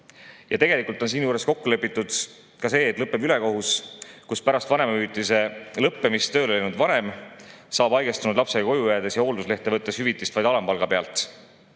Tegelikult on siinjuures kokku lepitud ka see, et lõpeb ülekohus, kus pärast vanemahüvitise lõppemist tööle läinud vanem saab haigestunud lapsega koju jäädes ja hoolduslehte võttes hüvitist vaid alampalga pealt.